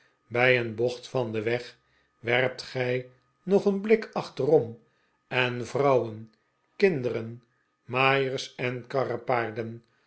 bij een bocht van den weg werpt gij nog een blik achterom en vrouwen kinderen maaiers en